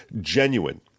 genuine